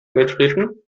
getreten